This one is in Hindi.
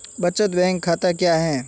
बचत बैंक खाता क्या है?